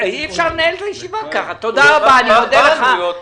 אני מודה לך אדוני ראש העיר.